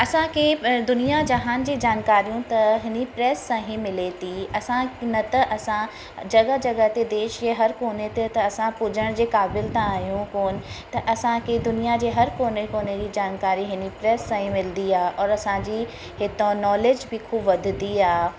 असांखे दुनिया जहान जे जानकारियूं त हिनी प्रैस सां ई मिले थी असां न त असां जॻहि जॻहि ते देश जे हर कोने ते असां पुॼण जे क़ाबिल त आहियूं कोन त असांखे दुनिया जे हर कोने कोने जी जानकारी हिन प्रैस सां ई मिलंदी आहे और असांजी हितो नॉलेज बि ख़ूबु वधंदी आहे